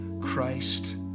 Christ